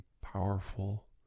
powerful